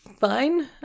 fine